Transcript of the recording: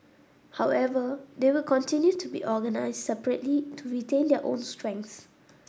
however they will continue to be organised separately to retain their own strengths